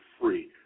free